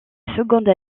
seconde